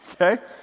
Okay